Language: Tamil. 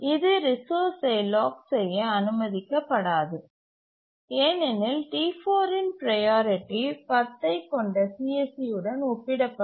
இது ரிசோர்ஸ்சை லாக் செய்ய அனுமதிக்க படாது ஏனெனில் T4 இன் ப்ரையாரிட்டி 10ஐ கொண்ட CSC உடன் ஒப்பிடப்படும்